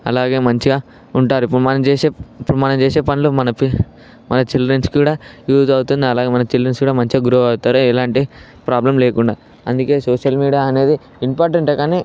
అలాగే మంచిగా ఉంటారు ఇప్పుడు మనం చేసే ఇప్పుడు మనం చేసే పనులు మన మన చిల్డ్రన్స్ కూడా యూస్ అవుతుంది అలాగే మన చిల్డ్రన్స్ కూడా మంచిగా గ్రో అవుతారు ఎలాంటి ప్రాబ్లం లేకుండా అందుకే సోషల్ మీడియా అనేది ఇంపార్టెంటే కానీ